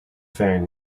faring